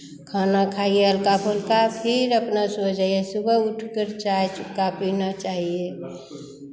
खाना खाइए हल्का फुल्का फिर अपना सो जाइए सुबह उठकर चाय चुक्का पीना चाहिये